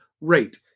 rate